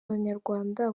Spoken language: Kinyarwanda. abanyarwanda